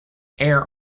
air